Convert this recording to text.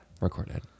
recorded